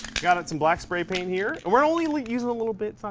got it some black spray-paint here and we're only using a little bit, um